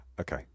Okay